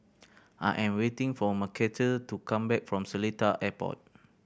I am waiting for Mcarthur to come back from Seletar Airport